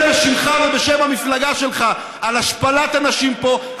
בשמך ובשם המפלגה שלך על השפלת הנשים פה,